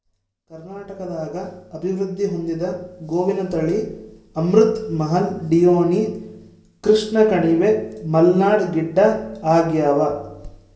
ಕರ್ನಾಟಕದಾಗ ಅಭಿವೃದ್ಧಿ ಹೊಂದಿದ ಗೋವಿನ ತಳಿ ಅಮೃತ್ ಮಹಲ್ ಡಿಯೋನಿ ಕೃಷ್ಣಕಣಿವೆ ಮಲ್ನಾಡ್ ಗಿಡ್ಡಆಗ್ಯಾವ